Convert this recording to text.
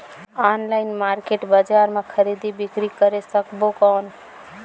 Online market बजार मां खरीदी बीकरी करे सकबो कौन?